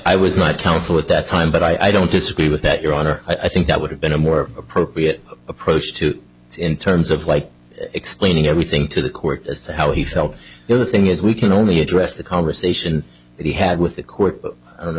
i was not counsel at that time but i don't disagree with that your honor i think that would have been a more appropriate approach to in terms of like explaining everything to the court as to how he felt the other thing is we can only address the conversation that he had with the court but i don't know